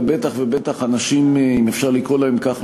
ובטח ובטח אנשים אם אפשר לקרוא להם כך,